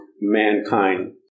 mankind